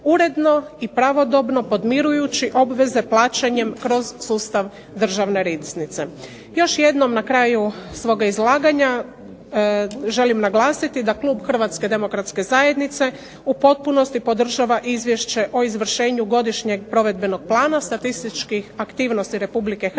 uredno i pravodobno podmirujući obveze plaćanjem kroz sustav Državne riznice. Još jednom na kraju svoga izlaganja želim naglasiti da klub HDZ-a u potpunosti podržava Izvješće o izvršenju Godišnjeg provedbenog plana statističkih aktivnosti RH za